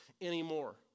anymore